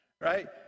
right